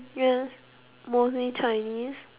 yes mostly Chinese